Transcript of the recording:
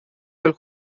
del